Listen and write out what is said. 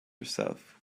yourself